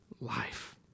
life